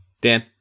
Dan